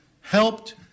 helped